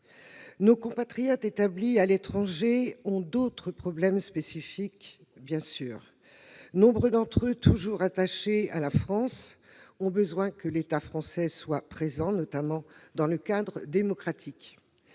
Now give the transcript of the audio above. Nos compatriotes établis à l'étranger ont d'autres problèmes spécifiques. De nombreux expatriés, toujours attachés à la France, ont besoin que l'État français reste présent, notamment dans le cadre démocratique.